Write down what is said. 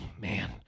man